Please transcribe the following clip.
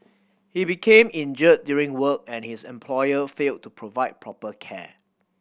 he became injured during work and his employer failed to provide proper care